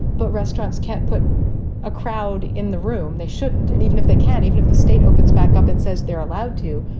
but restaurants can't put a crowd in the room. they shouldn't. and even if they can't, even if the state opens back up and says they're allowed to,